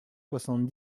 soixante